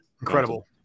incredible